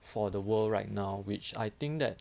for the world right now which I think that